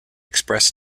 express